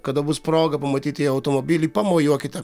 kada bus proga pamatyt jo automobilį pamojuokite